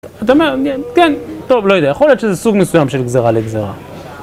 אתה אומר, כן, טוב, לא יודע, יכול להיות שזה סוג מסוים של גזרה לגזרה.